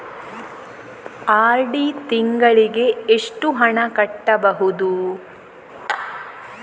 RD ತಿಂಗಳಿಗೆ ಎಷ್ಟು ಹಣ ಕಟ್ಟಬಹುದು?